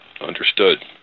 Understood